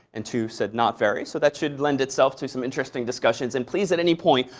and two said not very. so that should lend itself to some interesting discussions. and please, at any point,